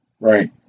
Right